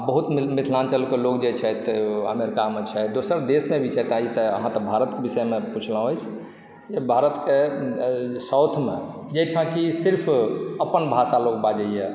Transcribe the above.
आ बहुत मिथिलांचलक लोग जे छथि अमेरिकामे छथि दोसर देशमे भी छथि इ तऽ अहाँ तऽ भारतक बिषयमे पूछलहुँ अछि भारतके साउथमे जाहिठाम कि सिर्फ अपन भाषा लोक बाजै यऽ